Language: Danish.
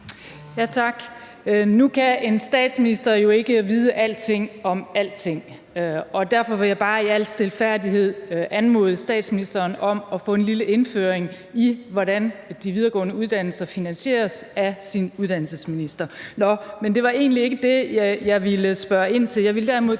(V): Tak. Nu kan en statsminister jo ikke vide alt om alting, og derfor vil jeg bare i al stilfærdighed anmode statsministeren om at få en lille indføring i, hvordan de videregående uddannelser finansieres, af sin uddannelsesminister. Nå, men det var egentlig ikke det, jeg ville spørge ind til. Jeg vil derimod